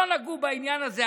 לא נגעו בעניין הזה,